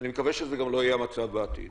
אני מקווה שזה גם לא יהיה המצב בעתיד.